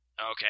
Okay